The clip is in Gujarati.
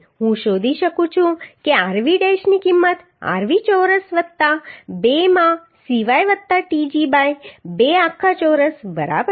હું શોધી શકું છું કે rv ડૅશની કિંમત rv ચોરસ વત્તા 2 માં Cy વત્તા tg બાય 2 આખા ચોરસ બરાબર છે